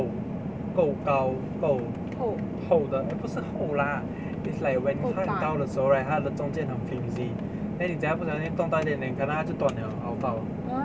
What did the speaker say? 够够高够厚的不是厚啦 it's like when 它很高的时候 right 它的中间很 flimsy then 你只要不小心动到一点点可能它就断 liao 拗到